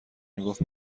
میگفت